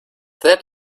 that